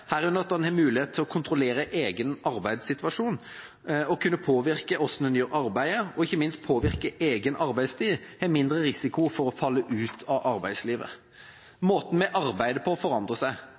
herunder at man har mulighet til å kontrollere egen arbeidssituasjon og kunne påvirke hvordan man gjør arbeidet – og ikke minst påvirke egen arbeidstid – har mindre risiko for å falle ut av arbeidslivet. Måten vi arbeider på, forandrer seg.